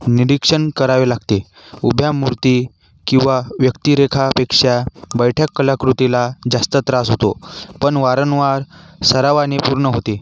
निरीक्षण करावे लागते उभ्या मूर्ती किंवा व्यक्तिरेखापेक्षा बैठ्या कलाकृतीला जास्त त्रास होतो पण वारंवार सरावाने पूर्ण होते